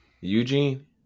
Eugene